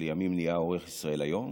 שלימים נהיה עורך ישראל היום,